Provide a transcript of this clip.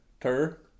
Tur